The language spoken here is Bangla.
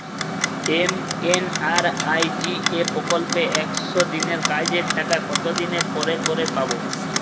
এম.এন.আর.ই.জি.এ প্রকল্পে একশ দিনের কাজের টাকা কতদিন পরে পরে পাব?